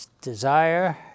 desire